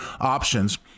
options